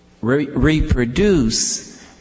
reproduce